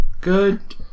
Good